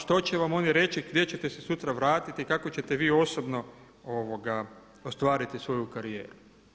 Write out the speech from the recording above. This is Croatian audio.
Što će vam oni reći, gdje ćete se sutra vratiti, kako ćete vi osobno ostvariti svoju karijeru.